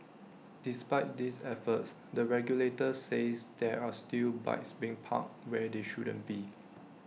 despite these efforts the regulator says there are still bikes being parked where they shouldn't be